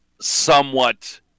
somewhat